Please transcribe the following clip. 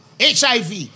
HIV